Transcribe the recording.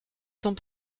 sont